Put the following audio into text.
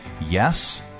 yes